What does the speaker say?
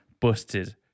Busted